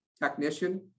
technician